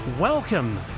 Welcome